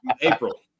April